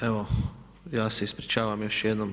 Evo ja se ispričavam još jednom.